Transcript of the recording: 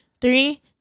three